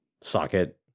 socket